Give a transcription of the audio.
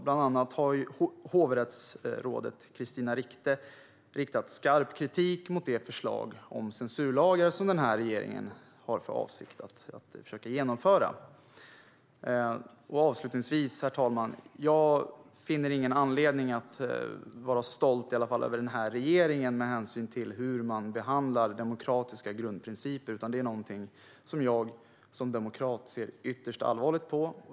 Bland annat har hovrättsrådet Katarina Rikte riktat skarp kritik mot det förslag om censurlagar som denna regering har för avsikt att försöka genomföra. Avslutningsvis, herr talman, finner jag ingen anledning att vara stolt över denna regering, med tanke på hur man behandlar demokratiska grundprinciper. Det är någonting som jag som demokrat ser ytterst allvarligt på.